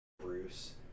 Bruce